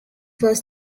was